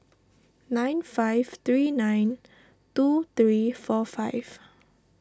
nine five three nine two three four five